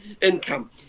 income